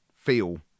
feel